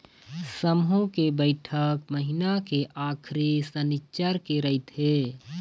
समूह के बइठक महिना के आखरी सनिच्चर के रहिथे